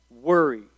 worry